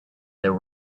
there